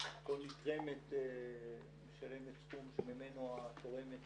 שכל נתרמת משלמת סכום שממנו התורמת